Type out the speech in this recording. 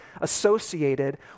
associated